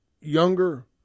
younger